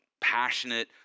passionate